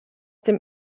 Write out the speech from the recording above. dem